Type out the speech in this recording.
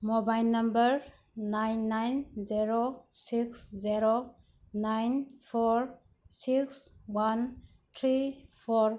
mobile number nine nine zero six zero nine four six one three four